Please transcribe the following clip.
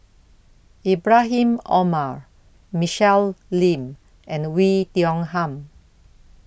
Ibrahim Omar Michelle Lim and Oei Tiong Ham